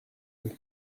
eux